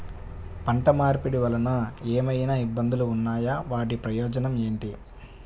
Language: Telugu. పంట మార్పిడి వలన ఏమయినా ఇబ్బందులు ఉన్నాయా వాటి ప్రయోజనం ఏంటి?